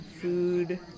food